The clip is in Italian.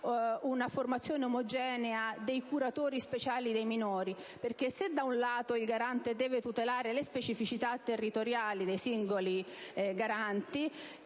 una formazione omogenea dei curatori speciali dei minori perché, se da un lato il Garante deve tutelare le specificità territoriali dei singoli garanti,